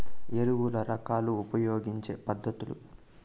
ఎరువుల రకాలు ఉపయోగించే పద్ధతులు?